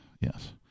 Yes